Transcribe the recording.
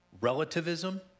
relativism